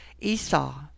Esau